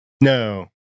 No